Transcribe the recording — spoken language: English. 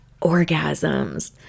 Orgasms